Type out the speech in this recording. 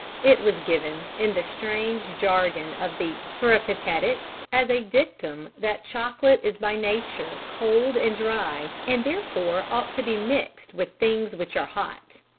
it was given, in the strange jargon of the peripatetics, as a dictum that chocolate is by nature cold and dry and therefore ought to be mixed with things which are hot.